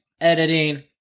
editing